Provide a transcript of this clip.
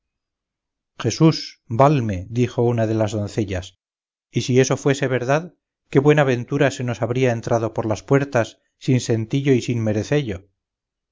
jesús valme dijo una de las doncellas y si eso fuese verdad qué buena ventura se nos habría entrado por las puertas sin sentillo y sin merecello no